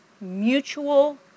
mutual